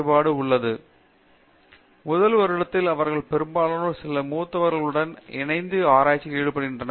பேராசிரியர் சத்யநாராயணா என் கும்மாடி முதல் வருடத்தில் அவர்களில் பெரும்பாலோர் சில மூத்தவர்களுடன் இணைந்து ஆராய்ச்சியில் ஈடுபடுகின்றனர்